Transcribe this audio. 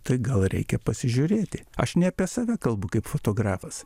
tai gal reikia pasižiūrėti aš ne apie save kalbu kaip fotografas